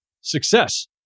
success